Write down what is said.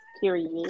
Period